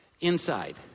inside